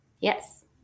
Yes